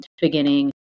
beginning